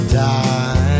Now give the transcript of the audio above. die